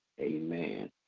Amen